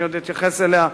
אני עוד אתייחס אליה,